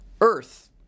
earth